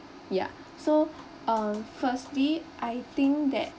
ya so um firstly I think that